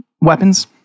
weapons